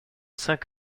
cinq